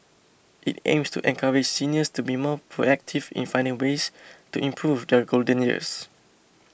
it aims to encourage seniors to be more proactive in finding ways to improve their golden years